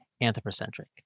anthropocentric